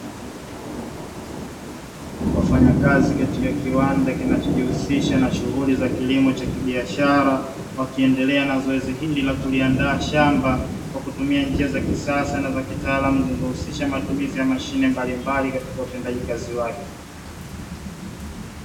Wafanyakazi katika kiwanda kinachojihusisha na shughuli za kilimo cha biashara, wakiendelea na zoezi hili la kuliandaa shamba kwa kutumia njia za kisasa na kitaalamu zinazohusisha matumizi ya mashine mbali mbali katika utendaji kazi wake.